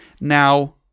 Now